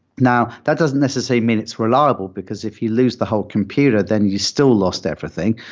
now, that doesn't necessarily mean it's reliable, because if you lose the whole computer, then you still lost everything.